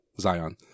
Zion